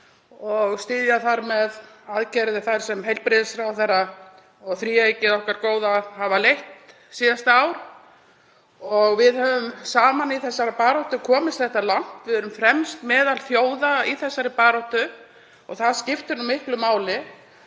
og styðja þar með aðgerðir þær sem heilbrigðisráðherra og þríeykið okkar góða hafa leitt síðasta ár. Við höfum saman í þessari baráttu komist þetta langt. Við erum fremst meðal þjóða í þessari baráttu og það skiptir miklu máli.